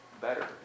better